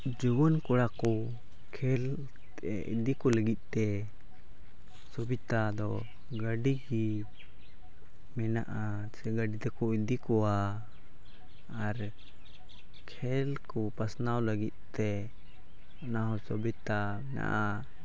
ᱡᱩᱣᱟᱹᱱ ᱠᱚᱲᱟ ᱠᱚ ᱠᱷᱮᱹᱞ ᱤᱫᱤ ᱠᱚ ᱞᱟᱹᱜᱤᱫ ᱛᱮ ᱥᱩᱵᱤᱫᱷᱟ ᱫᱚ ᱟᱹᱰᱤᱜᱮ ᱢᱮᱱᱟᱜᱼᱟ ᱜᱟᱹᱰᱤ ᱛᱮᱠᱚ ᱤᱫᱤ ᱠᱚᱣᱟ ᱟᱨ ᱠᱷᱮᱹᱞ ᱠᱚ ᱯᱟᱥᱱᱟᱣ ᱞᱟᱹᱜᱤᱫ ᱛᱮ ᱱᱟᱣᱟ ᱥᱩᱵᱤᱛᱟ ᱢᱮᱱᱟᱜᱼᱟ